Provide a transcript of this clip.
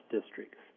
districts